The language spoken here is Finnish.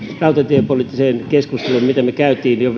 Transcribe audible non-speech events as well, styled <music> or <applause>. rautatiepoliittiseen keskusteluun mitä me kävimme jo <unintelligible>